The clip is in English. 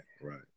right